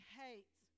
hates